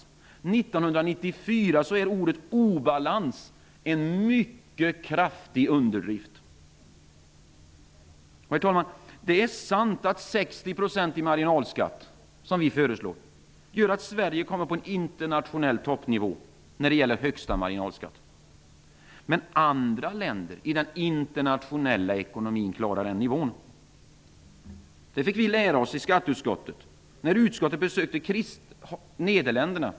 1994 är ordet obalans en mycket kraftig underdrift. Herr talman! Det är sant att 60 % marginalskatt som vi föreslår gör att Sverige kommer på internationell toppnivå när det gäller att ha högsta marginalskatten. Men andra länder i den internationella ekonomin klarar den nivån. Detta fick vi i skatteutskottet lära oss när vi i höstas gjorde ett besök i Nederländerna.